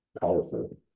powerful